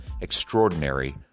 extraordinary